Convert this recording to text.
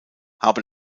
habe